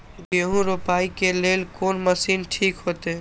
गेहूं रोपाई के लेल कोन मशीन ठीक होते?